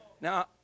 Now